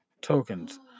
tokens